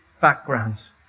backgrounds